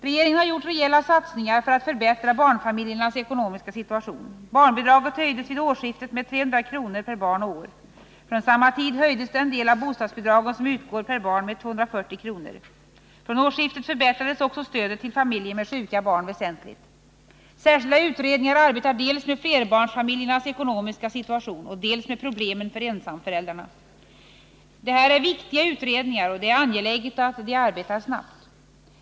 Regeringen har gjort rejäla satsningar för att förbättra barnfamiljernas ekonomiska situation. Barnbidraget höjdes vid årsskiftet med 300 kr. per barn och år. Från samma tid höjdes den del av bostadsbidragen som utgår per Särskilda utredningar arbetar dels med den ekonomiska situationen för familjer med flera barn, dels med problemen för ensamföräldrarna. Det här är viktiga utredningar, och det är angeläget att de arbetar snabbt.